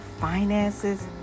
finances